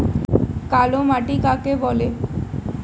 কালো মাটি কাকে বলে?